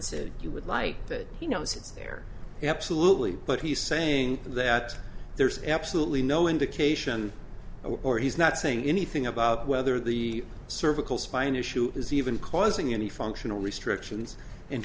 said you would like that he knows there absolutely but he's saying that there's absolutely no indication or he's not saying anything about whether the cervical spine issue is even causing any functional restrictions and